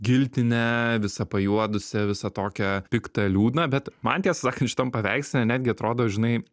giltinę visą pajuodusią visą tokią piktą liūdną bet man tiesą sakant šitam paveiksle netgi atrodo žinai